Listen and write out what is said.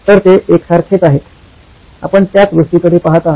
तर ते एकसारखेच आहेत आपण त्याच गोष्टीकडे पहात आहात